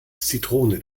zitrone